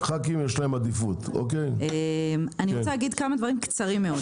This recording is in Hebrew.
אני רוצה להגיד כמה דברים מאוד בקצרה.